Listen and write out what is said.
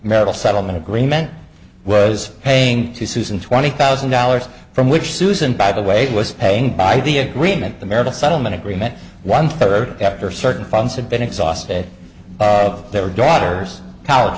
marital settlement agreement was paying two susan twenty thousand dollars from which susan by the way was paying by the agreement the marital settlement agreement one third after certain funds had been exhausted of their daughter's college